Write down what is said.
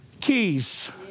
keys